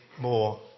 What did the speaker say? more